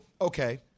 okay